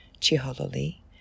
Chihololi